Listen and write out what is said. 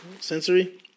Sensory